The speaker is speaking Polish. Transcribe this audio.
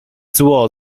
zło